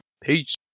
Peace